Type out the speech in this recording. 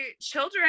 children